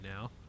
now